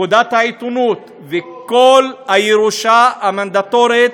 פקודת העיתונות וכל הירושה המנדטורית,